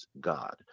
God